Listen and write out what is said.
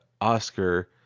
Oscar